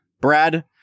Brad